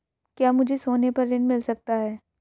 क्या मुझे सोने पर ऋण मिल सकता है?